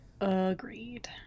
Agreed